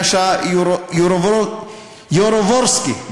יאשה יורבורסקי,